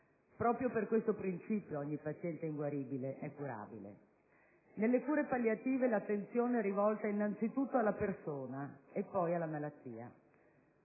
Proprio per questo principio, ogni paziente inguaribile è curabile. Nelle cure palliative l'attenzione è rivolta innanzitutto alla persona, poi alla malattia.